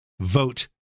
Vote